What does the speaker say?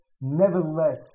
nevertheless